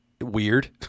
weird